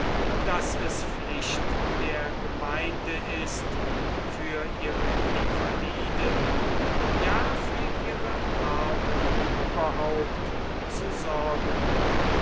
daß es pflicht der gemeinde ist für ihre invaliden ja für ihre armen überhaupt zu sorgen